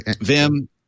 Vim